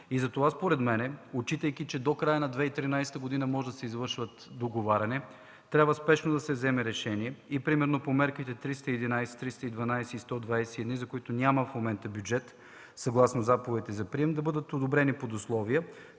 Затова според мен, отчитайки, че до края на 2013 г. може да се извърши договаряне, трябва спешно да се вземе решение и примерно по мерките 311, 312 и 121, за които в момента няма бюджет съгласно заповедите за прием, да бъдат одобрени под условие